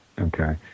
okay